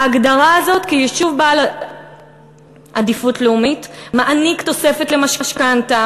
ההגדרה הזאת כיישוב בעל עדיפות לאומית מעניק תוספת למשכנתה,